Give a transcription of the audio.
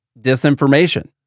disinformation